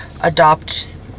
adopt